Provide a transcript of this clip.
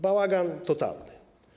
Bałagan totalny.